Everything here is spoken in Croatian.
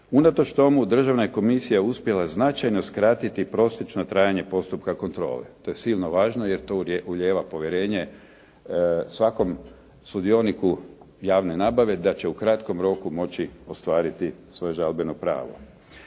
Unatoč tomu državna je komisija uspjela značajno skratiti prosječno trajanje postupka kontrole, to je silno važno jer to ulijeva povjerenje svakom sudioniku javne nabave da će u kratkom roku moći ostvariti svoje žalbeno pravo.